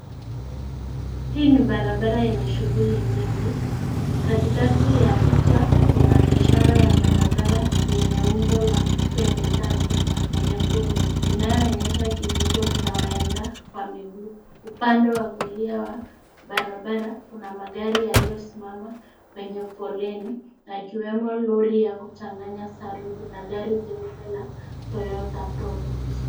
Hii ni barabara yenye shughuli nyingi, katikati ya picha kuna ishara ya barabara yenye umbo la pembetatu nyekundu, inayoonyesha kivuko cha waenda wa miguu. Upande kwa kulia wa barabara kuna magari yaliyosimama kwenye foleni na ikiwemo lori ya kuchanganya saruji na gari jeupe la Toyota Probox.